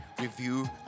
review